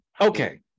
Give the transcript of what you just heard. okay